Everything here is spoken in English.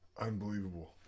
Unbelievable